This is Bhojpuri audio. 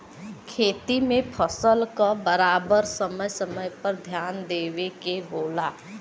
खेती में फसल क बराबर समय समय पर ध्यान देवे के होला